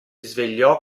svegliò